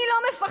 אני לא מפחדת.